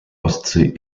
ostsee